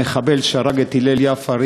הן אבן-היסוד של הגנת היישובים,